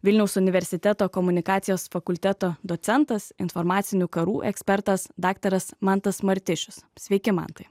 vilniaus universiteto komunikacijos fakulteto docentas informacinių karų ekspertas daktaras mantas martišius sveiki mantai